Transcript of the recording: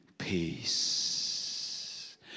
peace